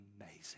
amazing